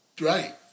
right